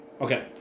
Okay